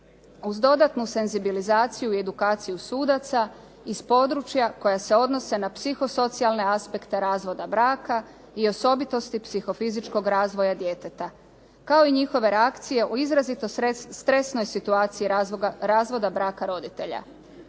uz dodatnu senzibilizaciju i edukaciju sudaca iz područja koja se odnose na psihosocijalne aspekte razvoda braka i osobitosti psihofizičkog razvoja djeteta kao i njihove reakcije o izrazito stresnoj situaciji razvoda braka roditelja.